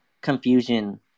confusion